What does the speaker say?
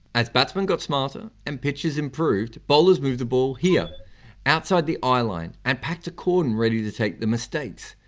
as batsmen got smarter and pitches improved, bowlers moved the ball here outside the eye line and packed the cordon ready to take the mistakes.